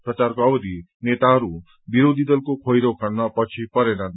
प्रचारको अवधि नेताहरू विरोधी दलको खोइरो खन्न पछि परेनन्